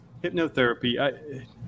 hypnotherapy